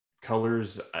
colors